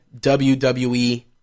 WWE